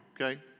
okay